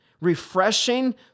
Refreshing